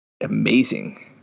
amazing